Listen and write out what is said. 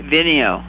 Vimeo